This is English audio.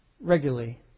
regularly